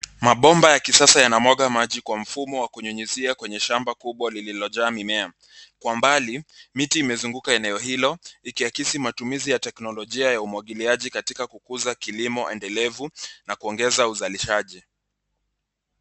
Mabomba ya kisasa yanamwaga maji kwa mfumo wa kunyunyizia kwenye shamba kubwa lililojaa mimea. Kwa mbali, miti imezunguka eneo hilo, ikiakisi matumizi ya teknolojia ya umwagiliaji katika kukuza kilimo endelevu na kuongeza uzalishaji.